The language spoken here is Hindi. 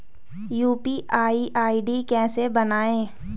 यु.पी.आई आई.डी कैसे बनायें?